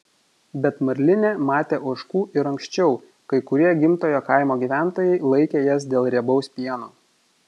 bet marlinė matė ožkų ir anksčiau kai kurie gimtojo kaimo gyventojai laikė jas dėl riebaus pieno